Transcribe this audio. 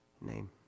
name